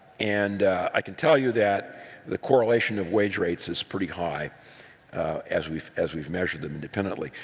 and i can tell you that the correlation of wage rates is pretty high as we've as we've murz them independently.